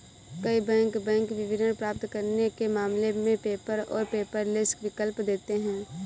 कई bank bank विवरण प्राप्त करने के मामले में पेपर और पेपरलेस विकल्प देते हैं